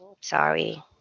Sorry